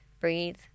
breathe